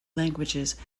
languages